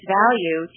value